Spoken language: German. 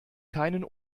keinen